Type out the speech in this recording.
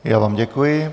Já vám děkuji.